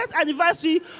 anniversary